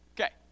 okay